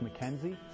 McKenzie